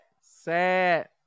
sad